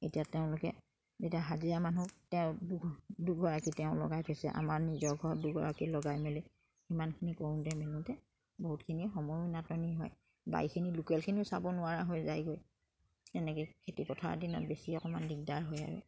এতিয়া তেওঁলোকে যেতিয়া হাজিৰা মানুহ তেওঁ দুগৰাকী তেওঁ লগাই থৈছে আমাৰ নিজৰ ঘৰত দুগৰাকী লগাই মেলি সিমানখিনি কৰোঁতে মেলোঁতে বহুতখিনি সময়ৰ নাটনি হয় বাকীখিনি লোকেলখিনিও চাব নোৱাৰা হৈ যায়গৈ তেনেকে খেতি পথাৰৰ দিনত বেছি অকমান দিগদাৰ হয় আৰু